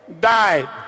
died